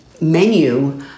menu